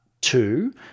two